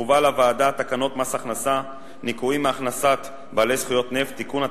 הובאו לוועדה תקנות מס הכנסה (ניכויים מהכנסת בעלי זכויות נפט) (תיקון),